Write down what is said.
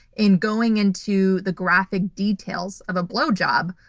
in going into the graphic details of a blowjob,